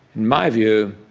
my view,